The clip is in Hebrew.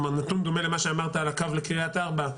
כלומר נתון דומה למה שאמרת על הקו לקרית ארבע,